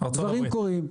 דברים קורים.